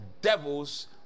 devils